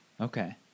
Okay